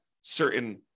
certain